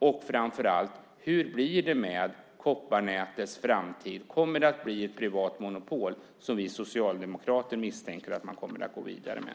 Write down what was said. Och framför allt: Hur blir det med kopparnätets framtid? Kommer det att bli privat monopol, som vi socialdemokrater misstänker att man kommer att gå vidare med?